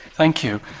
thank you.